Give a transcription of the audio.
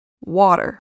Water